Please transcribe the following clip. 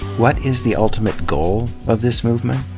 what is the ultimate goal of this movement?